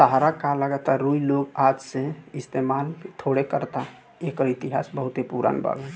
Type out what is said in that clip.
ताहरा का लागता रुई लोग आजे से इस्तमाल थोड़े करता एकर इतिहास बहुते पुरान बावे